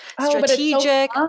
strategic